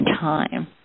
time